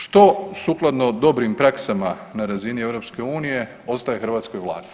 Što sukladno dobrim praksama na razini EU ostaje hrvatskoj Vladi?